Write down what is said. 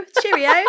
Cheerio